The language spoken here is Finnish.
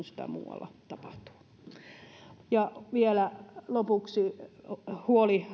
sitä muualla tapahtuu ja vielä lopuksi huoli